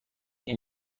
این